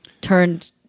turned